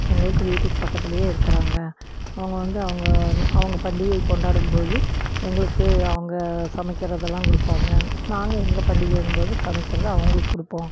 எங்களுக்கு வீட்டுக்கு பக்கத்திலையே இருக்கிறாங்க அவங்க வந்து அவங்க அவங்க பண்டிகை கொண்டாடும்போது எங்களுக்கு அவங்க சமைக்கிறதெல்லாம் கொடுப்பாங்க நாங்கள் எங்கள் பண்டிகைங்கும்போது சமைக்கிறதை அவங்களுக்கு கொடுப்போம்